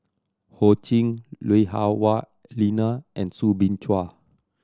Ho Ching Lui Hah Wah Elena and Soo Bin Chua